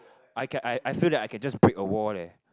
I can I I feel that I can just break a wall leh